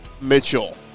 Mitchell